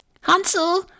Hansel